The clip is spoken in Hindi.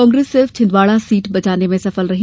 कांग्रेस सिर्फ छिंदवाड़ा सीट बचाने में सफल रही